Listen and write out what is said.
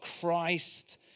Christ